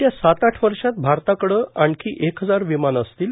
येत्या सात आठ वर्षात भारताकडे आणखी एक हजार विमानं असतील